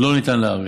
לא ניתן להיערך.